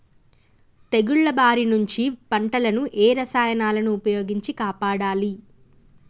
తెగుళ్ల బారి నుంచి పంటలను ఏ రసాయనాలను ఉపయోగించి కాపాడాలి?